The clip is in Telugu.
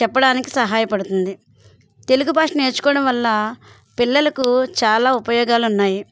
చెప్పడానికి సహాయపడుతుంది తెలుగు భాష నేర్చుకోవడం వల్ల పిల్లలకు చాలా ఉపయోగాలు ఉన్నాయి